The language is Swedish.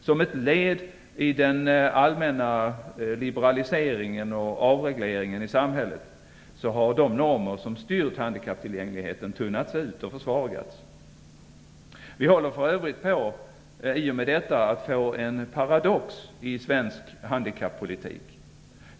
Som ett led i den allmänna liberaliseringen och avregleringen i samhället har de normer som styrt handikapptillgängligheten tunnats ut och försvagats. Vi håller i och med detta för övrigt på att få en paradox i svensk handikappolitik.